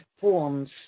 forms